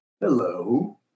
Hello